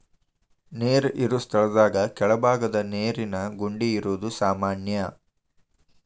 ನೇರ ಇರು ಸ್ಥಳದಾಗ ಕೆಳಬಾಗದ ನೇರಿನ ಗುಂಡಿ ಇರುದು ಸಾಮಾನ್ಯಾ